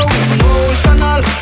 emotional